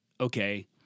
okay